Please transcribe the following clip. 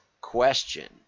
question